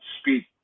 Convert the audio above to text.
speak